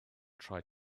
tried